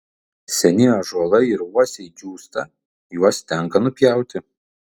seni ąžuolai ir uosiai džiūsta juos tenka nupjauti